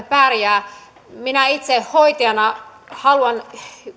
pärjää minä itse hoitajana haluan